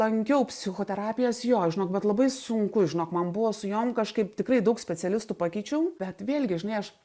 lankiau psichoterapijas jo žinau kad labai sunku žinok man buvo su jom kažkaip tikrai daug specialistų pakeičiau bet vėlgi žinai aš